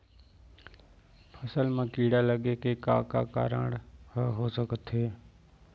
फसल म कीड़ा लगे के का का कारण ह हो सकथे?